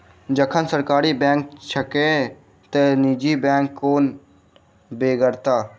जखन सरकारी बैंक छैके त निजी बैंकक कोन बेगरता?